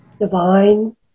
divine